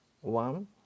one